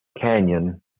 canyon